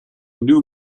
new